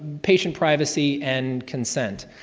patient privacy and consent.